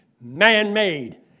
Man-made